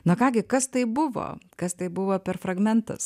na ką gi kas tai buvo kas tai buvo per fragmentas